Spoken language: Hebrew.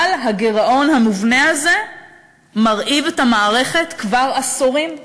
אבל הגירעון המובנה הזה מרעיב את המערכת כבר עשורים.